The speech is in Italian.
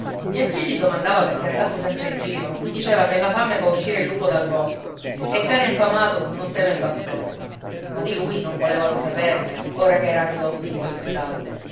e a chi gli domandava perché andasse sempre in giro diceva che la fame fa uscire il lupo dal bosco e cane affamato non teme bastone ma di lui non volevano saperne ora che era ridotto in quello stato